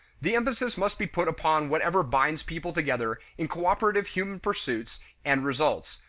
the emphasis must be put upon whatever binds people together in cooperative human pursuits and results,